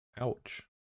Ouch